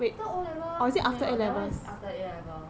I thought O level 没有 that one is after A level